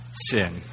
sin